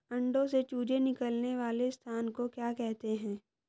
अंडों से चूजे निकलने वाले स्थान को क्या कहते हैं?